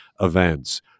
events